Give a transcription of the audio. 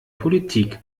politik